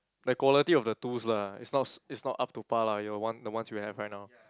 the quality of the tools lah it's not s~ it's not up to par lah your one the ones you have right now